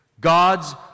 God's